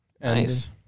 nice